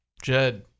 jed